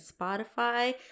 spotify